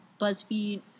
BuzzFeed